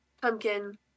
Pumpkin